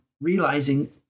realizing